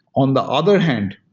on the other hand,